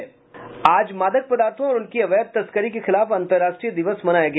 आज मादक पदार्थों और उनकी अवैध तस्करी के खिलाफ अंतर्राष्ट्रीय दिवस मनाया गया